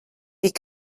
wie